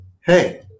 hey